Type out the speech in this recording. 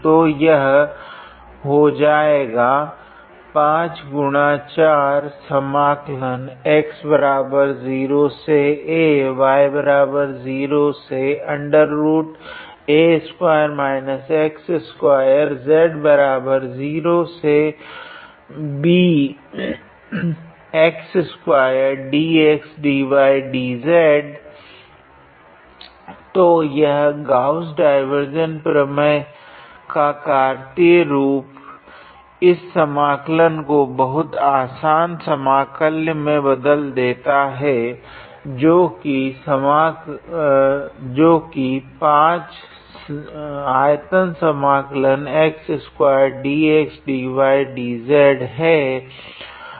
तो यह हो जाएगा तो यह गॉस डाइवार्जेंस प्रमेय का कार्तीय रूप इस समाकलन को बहुत आसन समाकल्य में बदल देता है जो की है